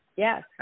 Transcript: Yes